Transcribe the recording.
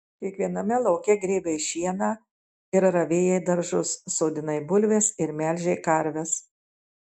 kiekviename lauke grėbei šieną ir ravėjai daržus sodinai bulves ir melžei karves